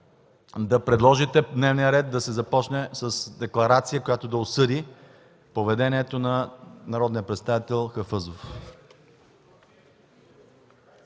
да предложите дневният ред да започне с декларация, която да осъди поведението на народния представител Хафъзов.